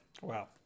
Wow